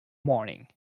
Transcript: morning